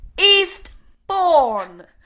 Eastbourne